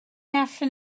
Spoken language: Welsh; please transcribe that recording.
allwn